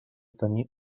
tenir